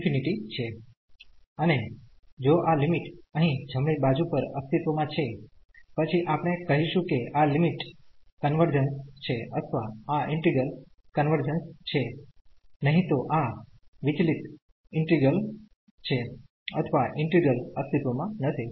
છે અને જો આ લિમિટ અહીં જમણી બાજુ પર અસ્તિત્વમાં છે પછી આપણે કહીશું કે આ લિમિટ કન્વર્જન્સ છે અથવા આ ઈન્ટિગ્રલ કન્વર્જન્સ છે નહીં તો આ વિચલિત ઈન્ટિગ્રલ છે અથવા ઈન્ટિગ્રલઅસ્તિત્વમાં નથી